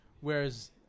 whereas